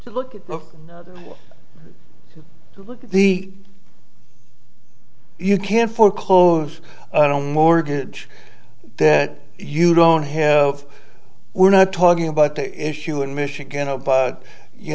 at look look at the you can foreclose on mortgage that you don't have we're not talking about the issue in michigan about you